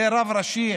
זה רב ראשי,